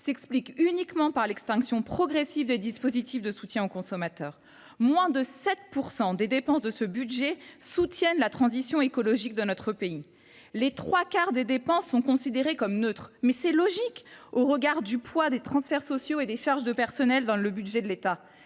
s’explique uniquement par l’extinction progressive des dispositifs de soutien aux consommateurs. Moins de 7 % des dépenses de ce projet de budget soutiennent la transition écologique de notre pays. Les trois quarts des dépenses sont considérées comme neutres, ce qui, au regard du poids des transferts sociaux et des charges de personnel dans le budget de l’État,